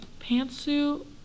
pantsuit